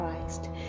Christ